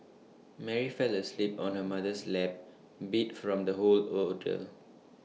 Mary fell asleep on her mother's lap beat from the whole ordeal